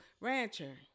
rancher